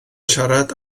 siarad